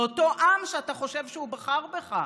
זה אותו עם שאתה חושב שהוא בחר בך.